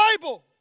Bible